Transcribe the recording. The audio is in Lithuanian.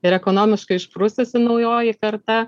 ir ekonomiškai išprususi naujoji karta